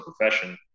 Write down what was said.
profession